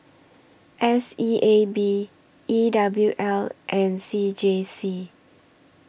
S E A B E W L and C J C